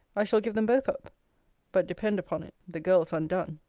i shall give them both up but depend upon it, the girl's undone.